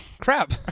crap